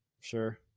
Sure